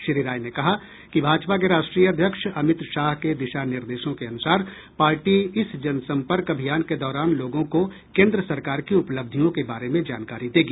श्री राय ने कहा कि भाजपा के राष्ट्रीय अध्यक्ष अमित शाह के दिशा निर्देशों के अनुसार पार्टी इस जनसम्पर्क अभियान के दौरान लोगों को केन्द्र सरकार की उपलब्धियों के बारे में जानकारी देगी